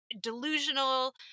delusional